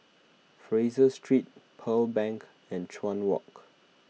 Fraser Street Pearl Bank and Chuan Walk